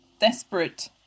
desperate